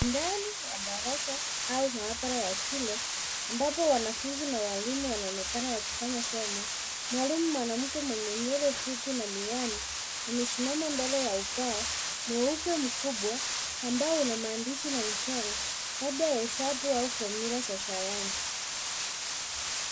Ndani ya darasa au maabara ya shule ambapo walimu na wanafunzi wanaonekana wakifanya somo. Mwalimu mwanamke mwenye nywele fupi na miwani, amesimama mbele ya ubao mweupe mkubwa amabo una maandishi na michoro labda ya hesabu au fomyula za sayansi.